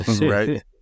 right